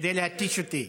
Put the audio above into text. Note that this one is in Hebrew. כדי להתיש אותי.